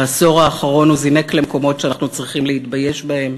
בעשור האחרון הוא זינק למקומות שאנחנו צריכים להתבייש בהם.